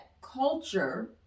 culture